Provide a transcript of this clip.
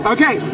Okay